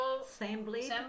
Assembly